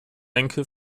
enkel